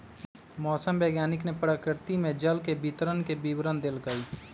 मौसम वैज्ञानिक ने प्रकृति में जल के वितरण के विवरण देल कई